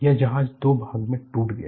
यह जहाज दो भागो में टूट गया